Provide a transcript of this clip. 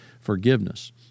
forgiveness